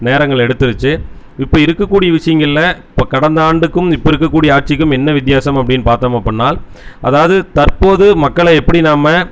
நேரங்கள் எடுத்துகிச்சு இப்போ இருக்கக்கூடிய விஷயங்கள்ல இப்போ கடந்த ஆண்டுக்கும் இப்போ இருக்க கூடிய ஆட்சிக்கும் என்ன வித்தியாசம் அப்படின்னு பார்த்தோம் அப்புடினால் அதாவது தற்போது மக்களை எப்படி நாம்